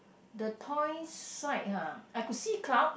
the toys side [huh] I could see cloud